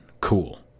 cool